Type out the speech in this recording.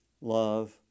love